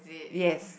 yes